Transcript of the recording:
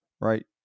right